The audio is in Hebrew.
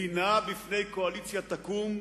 מדינה מפני קואליציה תקום,